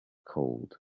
cold